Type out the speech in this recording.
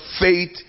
faith